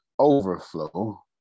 overflow